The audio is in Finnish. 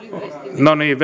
no niin